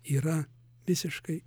yra visiškai